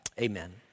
amen